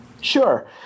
Sure